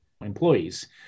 employees